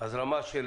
הזרמה של